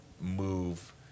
move